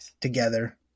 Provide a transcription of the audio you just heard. together